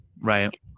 Right